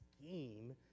scheme